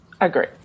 Agree